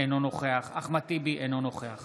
אינו נוכח אחמד טיבי, אינו נוכח